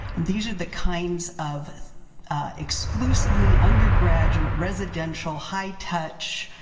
and these are the kinds of exclusively undergraduate residential high touch